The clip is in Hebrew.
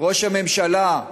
ראש הממשלה,